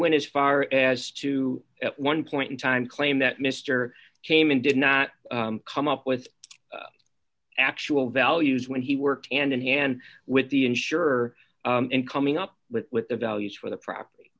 went as far as to at one point in time claim that mr cayman did not come up with actual values when he worked hand in hand with the insurer and coming up with the values for the property